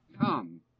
Come